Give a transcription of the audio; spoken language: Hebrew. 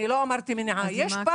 אני לא אמרתי דתי.